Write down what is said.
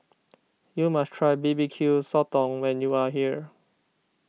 you must try B B Q Sotong when you are here